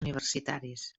universitaris